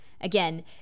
Again